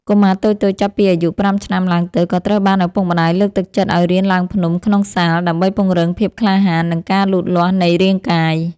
កុមារតូចៗចាប់ពីអាយុ ៥ ឆ្នាំឡើងទៅ ក៏ត្រូវបានឪពុកម្តាយលើកទឹកចិត្តឱ្យរៀនឡើងភ្នំក្នុងសាល ដើម្បីពង្រឹងភាពក្លាហាន និងការលូតលាស់នៃរាងកាយ។